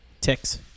Ticks